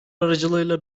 aracılığıyla